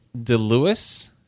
DeLewis